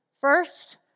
First